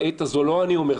בעת הזאת לא אני אומר,